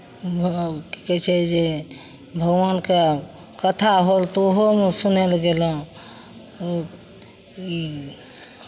की कहै छै जे भगवानके कथा होल तऽ ओहोमे सुनय लेल गेलहुँ ई